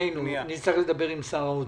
שנינו נצטרך לדבר עם שר האוצר.